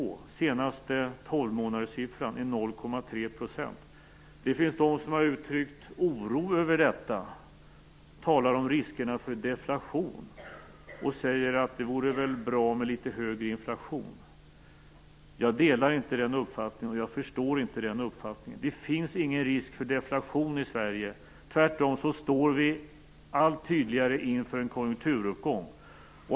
Den senaste tolvmånaderssiffran är 0,3 %. Det finns de som har uttryckt oro över detta. De talar om riskerna för deflation och säger att det vore bra med litet högre inflation. Jag delar inte den uppfattningen, och jag förstår inte den uppfattningen. Det finns ingen risk för deflation i Sverige. Tvärtom står vi allt tydligare inför en konjunkturuppgång.